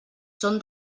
són